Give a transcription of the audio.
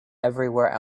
everywhere